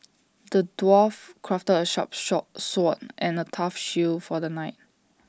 the dwarf crafted A sharp sword and A tough shield for the knight